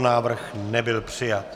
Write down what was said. Návrh nebyl přijat.